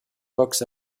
books